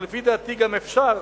ולפי דעתי גם אפשר,